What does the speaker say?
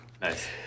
Nice